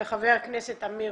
של חבר הכנסת עמיר